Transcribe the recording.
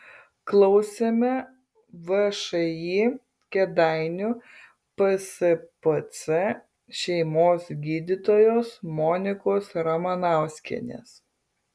klausiame všį kėdainių pspc šeimos gydytojos monikos ramanauskienės